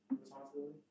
responsibility